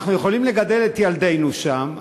אנחנו יכולים לגדל את ילדינו שם,